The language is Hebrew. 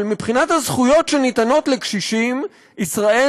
אבל מבחינת הזכויות שניתנות לקשישים ישראל